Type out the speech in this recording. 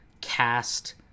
cast